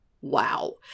wow